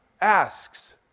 asks